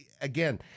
again